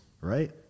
Right